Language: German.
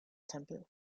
tempel